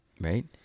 Right